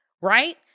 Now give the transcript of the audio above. right